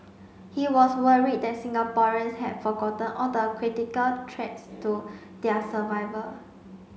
he was worried that Singaporeans had forgotten all the critical threats to their survival